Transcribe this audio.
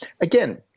Again